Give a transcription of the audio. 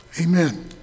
amen